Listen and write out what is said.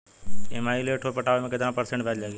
EMI late से पटावे पर कितना परसेंट ब्याज लगी?